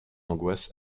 angoisse